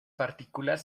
partículas